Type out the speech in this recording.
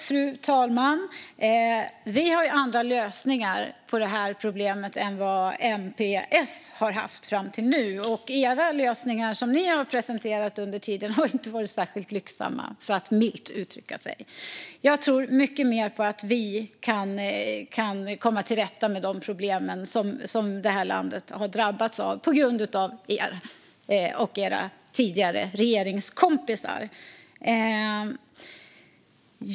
Fru talman! Vi har andra lösningar på problemet än vad MP och S har haft fram till nu. De lösningar som ni har presenterat under tiden har ju inte varit särskilt lyckosamma, för att uttrycka sig milt, Janine Alm Ericson. Jag tror mycket mer på att vi kan komma till rätta med de problem som landet har drabbats av på grund av er och era tidigare regeringskompisar.